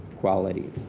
qualities